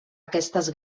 aquestes